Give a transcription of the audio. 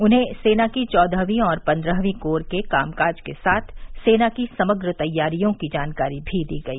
उन्हें सेना की चौदहवीं और पन्द्रहवीं कोर के कामकाज के साथ सेना की समग्र तैयारियों की जानकारी भी दी गई